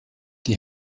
die